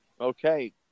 okay